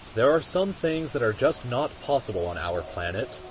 there are some things that are just not possible on our planet.